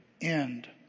end